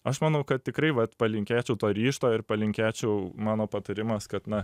aš manau kad tikrai vat palinkėčiau to ryžto ir palinkėčiau mano patarimas kad na